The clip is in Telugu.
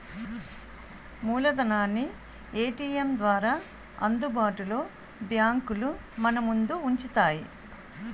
మూలధనాన్ని ఏటీఎం ద్వారా అందుబాటులో బ్యాంకులు మనముందు ఉంచుతాయి